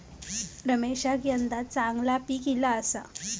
रमेशका यंदा चांगला पीक ईला आसा